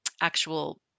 actual